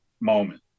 moment